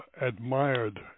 admired